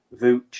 Vooch